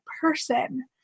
person